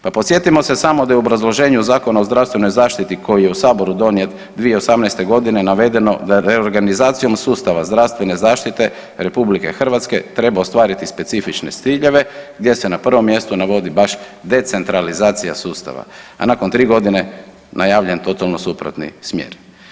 Pa podsjetimo se samo da je u obrazloženju Zakona o zdravstvenoj zaštiti koji je u Saboru donijet 2018. g. navedeno da je reorganizacijom sustava zdravstvene zaštite RH trebao ostvariti specifične ciljeve gdje se na prvom mjestu navodi baš decentralizacija sustava, a nakon tri godine najavljen potpuno suprotni smjer.